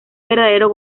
verdadero